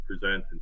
present